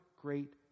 great